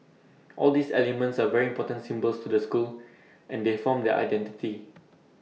all these elements are very important symbols to the school and they form their identity